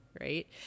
right